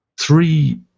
three